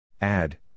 Add